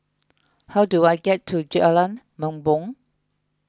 how do I get to Jalan Bumbong